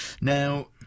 Now